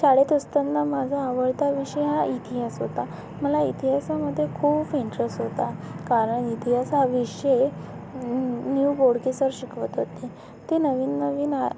शाळेत असतांना माझा आवडता विषय हा इतिहास होता मला इतिहासामध्ये खूप इंट्रेस होता कारण इतिहास हा विषय न्यू बोडके सर शिकवत होते ते नवीन नवीन आल